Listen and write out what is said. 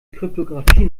kryptographie